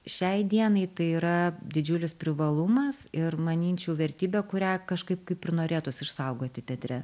šiai dienai tai yra didžiulis privalumas ir manyčiau vertybė kurią kažkaip kaip ir norėtųs išsaugoti teatre